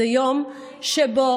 זה יום שבו,